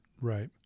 Right